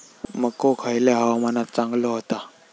मको खयल्या हवामानात चांगलो होता?